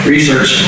Research